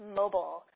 mobile